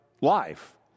life